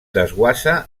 desguassa